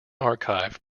archive